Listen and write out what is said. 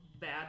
Bad